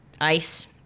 ice